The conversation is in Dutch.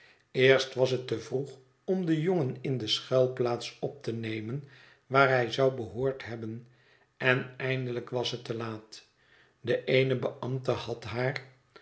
eerst was het te vroeg om den jongen in de schuilplaats op te nemen waar hij zou behoord hebben en eindelijk was het te laat de eene beambte had haar